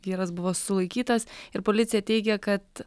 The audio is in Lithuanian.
vyras buvo sulaikytas ir policija teigia kad